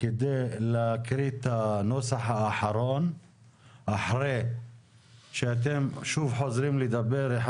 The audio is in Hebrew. כדי להקריא את הנוסח האחרון אחרי שאתם שוב חוזרים לדבר אחד